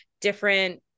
different